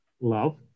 love